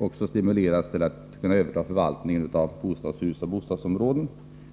bör även stimuleras att överta förvaltningen av bostadshus och bostadsområden.